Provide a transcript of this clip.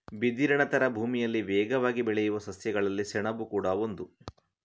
ಬಿದಿರಿನ ತರ ಭೂಮಿಯಲ್ಲಿ ವೇಗವಾಗಿ ಬೆಳೆಯುವ ಸಸ್ಯಗಳಲ್ಲಿ ಸೆಣಬು ಕೂಡಾ ಒಂದು